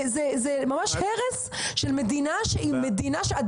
זה ממש הרס של מדינה שיש בה,